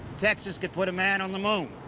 texas could put a man on the moon,